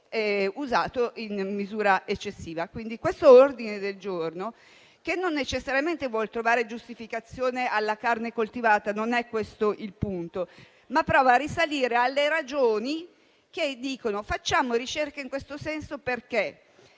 consumato in misura eccessiva. L'ordine del giorno in esame, che non necessariamente vuol trovare giustificazione alla carne coltivata - non è questo il punto - prova a risalire alle ragioni che dicono: facciamo ricerca in questo senso, perché